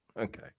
Okay